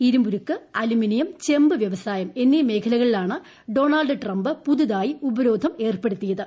ഇരുമ്പുരുക്ക് aluminium ചെമ്പ് വ്യവസായം എന്നീ മേഖലകളിലാണ് ഡൊണാൾഡ് ട്രംപ് പുതുതായി ഉപരോധം ഏർപ്പെടുത്തിയത്